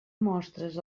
mostres